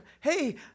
hey